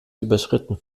überschritten